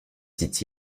dit